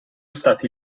stati